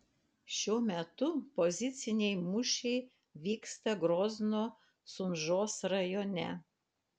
šiuo metu poziciniai mūšiai vyksta grozno sunžos rajone